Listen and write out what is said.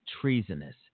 treasonous